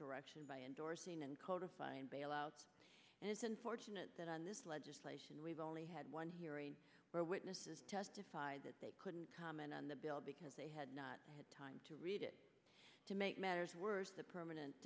direction by endorsing and codifying bailouts and it's unfortunate that on this legislation we've only had one hearing where witnesses testified that they couldn't comment on the bill because they had not had time to read it to make matters worse